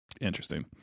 Interesting